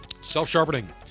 Self-sharpening